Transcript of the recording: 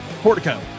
portico